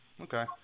Okay